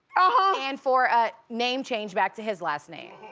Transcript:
ah and for a name change back to his last name.